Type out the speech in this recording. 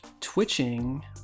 twitching